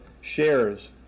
shares